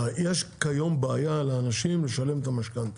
יש כיום בעיה לאנשים לשלם את המשכנתה.